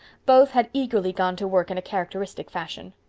both had eagerly gone to work in a characteristic fashion.